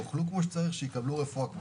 יאכלו כמו שצריך ויקבלו רפואה כמו שצריך.